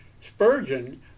Spurgeon